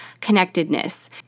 connectedness